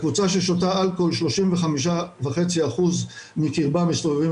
הקבוצה ששותה אלכוהול 35.5% מקרבם מסתובבים